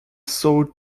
sought